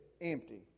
empty